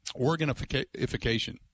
Organification